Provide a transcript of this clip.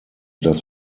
das